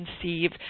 conceive